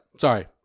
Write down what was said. Sorry